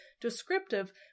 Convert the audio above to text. descriptive